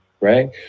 right